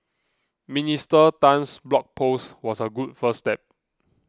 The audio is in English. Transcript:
Minister Tan's blog post was a good first step